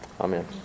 Amen